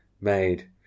made